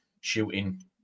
shooting